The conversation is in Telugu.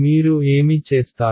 మీరు ఏమి చేస్తారు